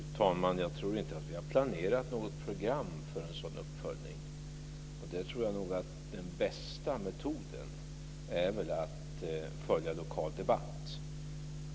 Fru talman! Jag tror inte att vi har planerat något program för en sådan uppföljning. Där tror jag att den bästa metoden är att följa lokal debatt.